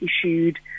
issued